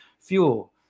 fuel